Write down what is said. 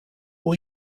will